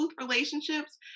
relationships